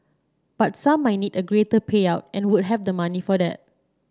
but some might need a greater payout and would have the money for that